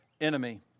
enemy